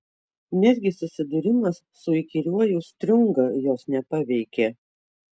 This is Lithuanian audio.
netgi susidūrimas su įkyriuoju striunga jos nepaveikė